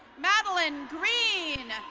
madelyn green.